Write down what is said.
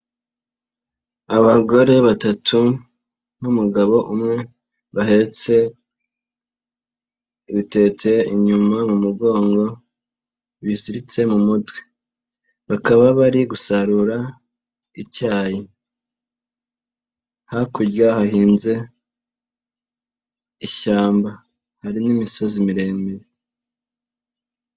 Abagore batatu n'umugabo umwe bahetse ibitetse inyuma mu mugongo biziritse mu mutwe, bakaba bari gusarura icyayi, hakurya hahinze ishyamba hari n'imisozi miremire.